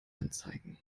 anzeigen